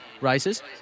races